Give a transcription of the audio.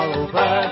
over